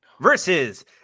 versus